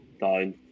down